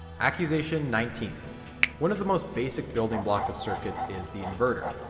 accusation nineteen one of the most basic building blocks of circuits is the inverter.